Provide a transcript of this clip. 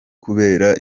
kubera